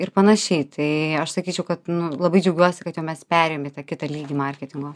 ir panašiai tai aš sakyčiau kad nu labai džiaugiuosi kad jau mes perėjom į tą kitą lygį marketingo